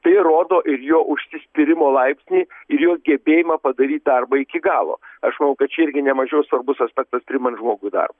tai rodo ir jo užsispyrimo laipsnį ir jo gebėjimą padaryt darbą iki galo aš manau kad čia irgi nemažiau svarbus aspektas priimant žmogų į darbą